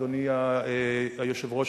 אדוני היושב-ראש,